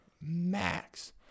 max